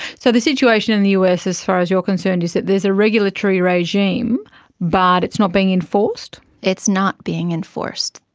so the situation in the us, as far as you're concerned, is that there is a regulatory regime but it's not being enforced? it's not being enforced.